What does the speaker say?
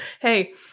Hey